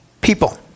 people